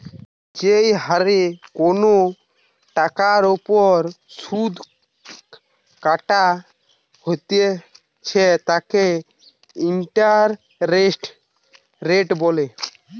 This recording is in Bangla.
যেই হরে কোনো টাকার ওপর শুধ কাটা হইতেছে তাকে ইন্টারেস্ট রেট বলে